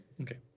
Okay